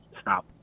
stop